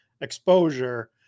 exposure